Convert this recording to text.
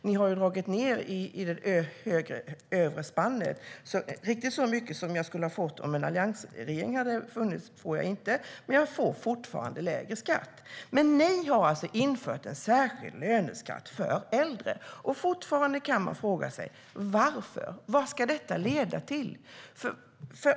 Ni har ju dragit ned i det övre spannet, så riktigt så mycket som jag skulle ha fått om vi hade haft en alliansregering får jag inte, men jag får fortfarande lägre skatt. Men ni har alltså infört en särskild löneskatt för äldre, och fortfarande kan man fråga sig varför. Vad ska detta leda till?